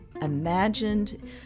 imagined